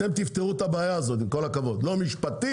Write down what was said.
אתם תפתרו את הבעיה הזאת, עם כל הכבוד, לא משפטי.